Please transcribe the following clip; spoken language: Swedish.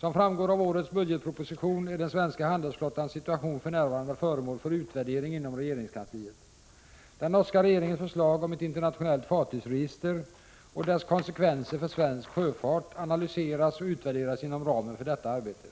Som framgår av årets budgetproposition är den svenska handelsflottans situation för närvarande föremål för utvärdering inom regeringskansliet. Den norska regeringens förslag om ett internationellt fartygsregister och dess konsekvenser för svensk sjöfart analyseras och utvärderas inom ramen för detta arbete.